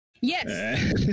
Yes